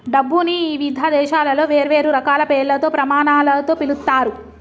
డబ్బుని ఇవిధ దేశాలలో వేర్వేరు రకాల పేర్లతో, ప్రమాణాలతో పిలుత్తారు